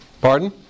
Pardon